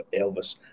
Elvis